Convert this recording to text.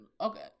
Okay